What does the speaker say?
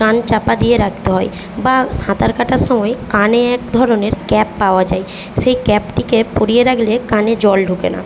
কান চাপা দিয়ে রাখতে হয় বা সাঁতার কাটার সময় কানে এক ধরণের ক্যাপ পাওয়া যায় সেই ক্যাপটিকে পরিয়ে রাখলে কানে জল ঢোকে না